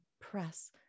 press